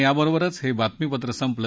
याबरोबरच हब्रितमीपत्र संपलं